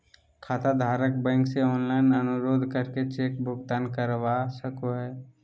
खाताधारक बैंक से ऑनलाइन अनुरोध करके चेक भुगतान रोकवा सको हय